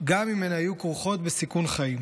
גם אם הן היו כרוכות בסיכון חיים,